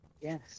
yes